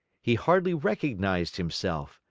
he hardly recognized himself.